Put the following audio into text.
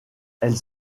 elles